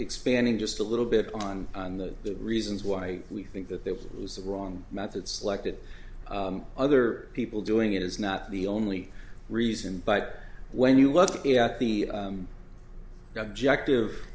expanding just a little bit on the reasons why we think that that was the wrong methods elected other people doing it is not the only reason but when you look at the objective